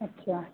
अछा